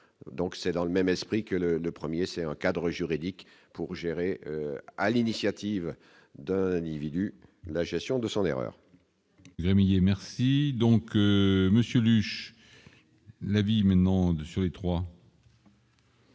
donc c'est dans le même esprit que le le 1er c'est un cadre juridique pour gérer à l'initiative d'un individu, la gestion de son erreur.